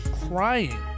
crying